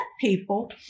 people